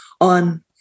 on